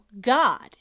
God